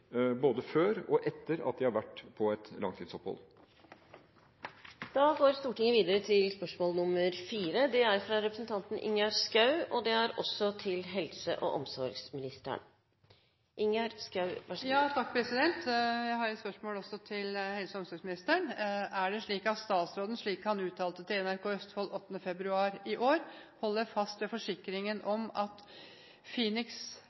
både før og etter at de har vært på et langtidsopphold. Jeg har et spørsmål til helse- og omsorgsministeren: «Er det slik at statsråden, slik han uttalte til NRK Østfold 8. februar 2013, holder fast ved forsikringen om at «Phoenix Haga ikke blir nedlagt før de får vist hva de er gode for der», og at